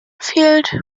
fehlt